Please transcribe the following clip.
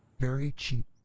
very cheap.